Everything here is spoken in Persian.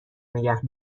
نگه